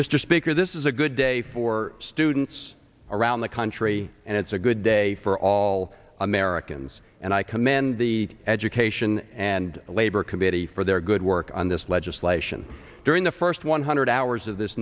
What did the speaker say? speaker this is a good day for students around the country and it's a good day for all americans and i commend the education and labor committee for their good work on this legislation during the first one hundred hours of this